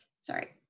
sorry